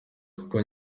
kuko